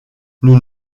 nous